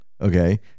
Okay